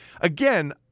again